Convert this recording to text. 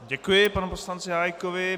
Děkuji panu poslanci Hájkovi.